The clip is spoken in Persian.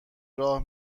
راه